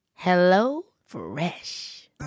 HelloFresh